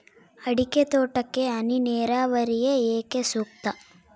ಅಡಿಕೆ ತೋಟಕ್ಕೆ ಹನಿ ನೇರಾವರಿಯೇ ಏಕೆ ಸೂಕ್ತ?